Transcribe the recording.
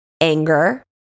anger